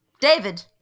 David